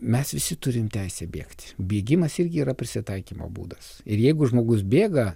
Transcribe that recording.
mes visi turim teisę bėgti bėgimas irgi yra prisitaikymo būdas ir jeigu žmogus bėga